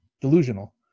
delusional